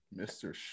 mr